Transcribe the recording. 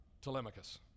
Telemachus